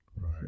Right